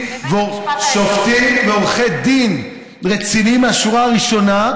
שופטים ועורכי דין רציניים, מהשורה הראשונה,